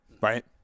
right